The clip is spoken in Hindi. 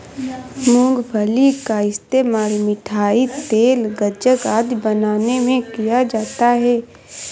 मूंगफली का इस्तेमाल मिठाई, तेल, गज्जक आदि बनाने में किया जाता है